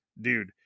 Dude